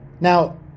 Now